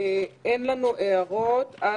נמנעים, אין ההסתייגות לא נתקבלה.